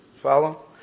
Follow